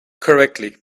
correctly